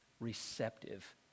Receptive